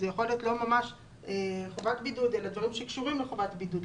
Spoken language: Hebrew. זה יכול להיות לא ממש חובת בידוד אלא דברים שקשורים לחובת בידוד,